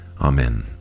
Amen